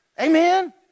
Amen